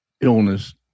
illness